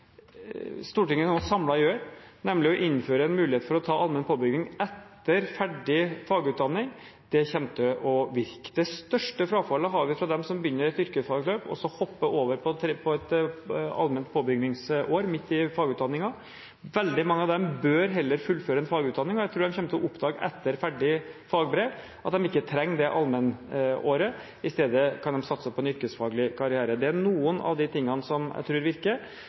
Stortinget nå samlet gjør, nemlig å innføre en mulighet for å ta allmenn påbygging etter ferdig fagutdanning, kommer til å virke. Det største frafallet har vi for dem som starter på et yrkesfagløp og hopper på et allment påbygningsår midt i fagutdanningen. Veldig mange av dem bør heller fullføre en fagutdanning. Jeg tror de etter ferdig fagbrev kommer til å oppdage at de ikke trenger det allmennåret, i stedet kan de satse på en yrkesfaglig karriere. Det er noen av de tingene jeg tror virker.